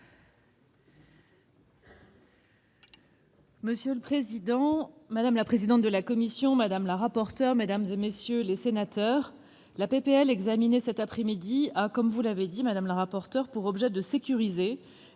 Monsieur le président, madame la présidente de la commission, madame la rapporteur, mesdames, messieurs les sénateurs, la proposition de loi examinée cet après-midi a, comme vous l'avez dit, madame la rapporteur, pour objet de sécuriser